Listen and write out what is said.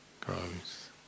grows